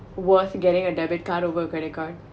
worth getting a debit card over a credit card